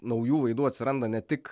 naujų laidų atsiranda ne tik